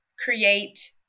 create